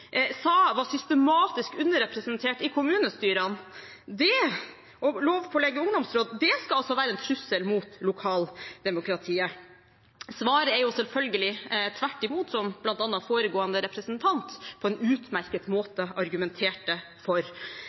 sa var systematisk underrepresentert i kommunestyrene, skal altså være en trussel mot lokaldemokratiet. Svaret er selvfølgelig tvert imot, noe bl.a. forrige representant på en utmerket måte argumenterte for.